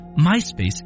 MySpace